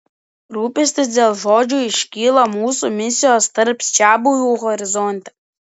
rūpestis dėl žodžio iškyla mūsų misijos tarp čiabuvių horizonte